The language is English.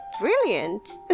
Brilliant